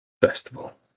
festival